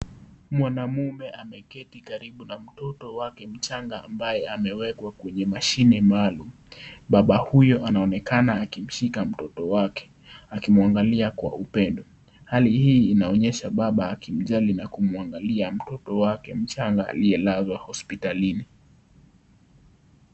Mwanamume ameketi karibu na mtoto wake mchanga ambaye amewekwa kwenye mashine maalum. Baba huyu anaonekana akimshika mtoto wake akimwangalia kwa upendo. Hali hii inaonyesha baba akimjali na kumwangalia mtoto wake mchanga aliyelazwa hospitalini.